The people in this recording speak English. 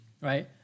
right